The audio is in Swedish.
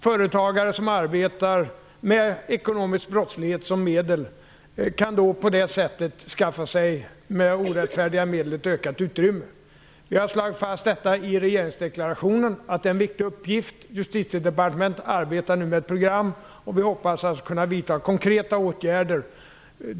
Företagare som sysslar med ekonomisk brottslighet kan med orättfärdiga medel skaffa sig ett ökat utrymme. Vi har i regeringsdeklarationen slagit fast att det här är en viktig uppgift. Justitiedepartementet arbetar nu med ett program. Vi hoppas kunna vidta konkreta åtgärder.